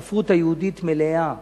הספרות היהודית מלאה,